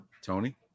Tony